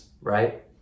right